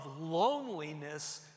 loneliness